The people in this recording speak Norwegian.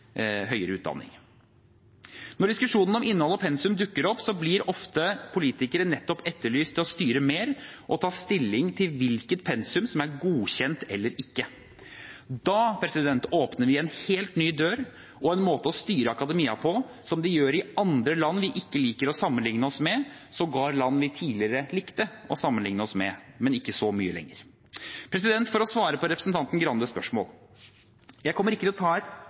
høyere utdanning. Når diskusjoner om innhold og pensum dukker opp, blir politikere ofte nettopp etterlyst til å styre mer og ta stilling til hvilket pensum som er godkjent eller ikke. Da åpner vi en helt ny dør og en måte å styre akademia på som de gjør i land vi ikke liker å sammenligne oss med, sågar land vi tidligere likte å sammenligne oss med, men ikke så mye lenger. For å svare på representanten Skei Grandes spørsmål: Jeg kommer ikke til å